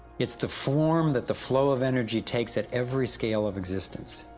it's the form that the flow of energy takes at every scale of existence.